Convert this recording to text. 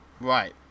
Right